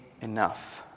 enough